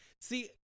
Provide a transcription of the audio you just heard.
See